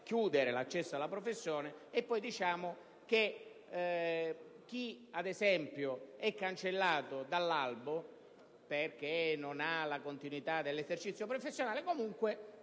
- l'accesso alla professione per poi dire che chi, ad esempio, è cancellato dall'albo perché non ha la continuità dell'esercizio professionale comunque